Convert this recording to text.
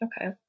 Okay